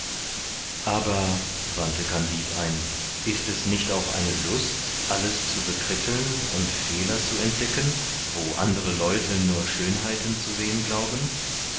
aber wandte kandid ein ist es nicht auch eine lust alles zu bekritteln und fehler zu entdecken wo andere leute nur schönheiten zu sehen glauben